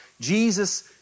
Jesus